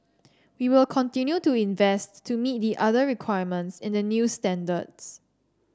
we will continue to invests to meet the other requirements in the new standards